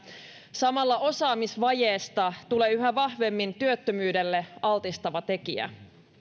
samalla osaamisvajeesta tulee yhä vahvemmin työttömyydelle altistava tekijä